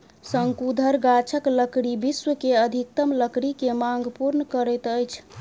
शंकुधर गाछक लकड़ी विश्व के अधिकतम लकड़ी के मांग पूर्ण करैत अछि